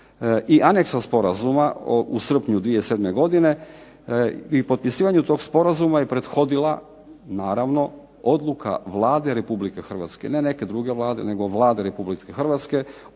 i anexa sporazuma u srpnju 2007. godine i potpisivanju tog sporazuma je prethodila naravno odluka Vlade Republike Hrvatske ne neke druge Vlade nego Vlade Republike Hrvatske